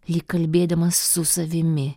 lyg kalbėdamas su savimi